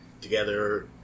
together